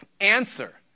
answer